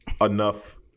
enough